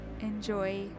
enjoy